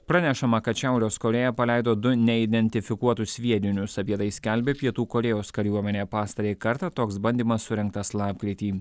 pranešama kad šiaurės korėja paleido du neidentifikuotus sviedinius apie tai skelbia pietų korėjos kariuomenė pastarąjį kartą toks bandymas surengtas lapkritį